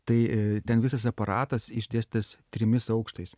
tai e ten visas aparatas išdėstytas trimis aukštais